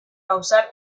causar